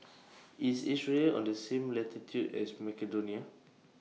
IS Israel on The same latitude as Macedonia